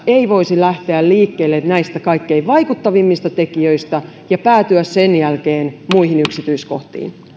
ei voisi lähteä liikkeelle näistä kaikkein vaikuttavimmista tekijöistä ja päätyä sen jälkeen muihin yksityiskohtiin